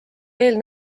veel